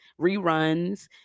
reruns